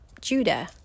Judah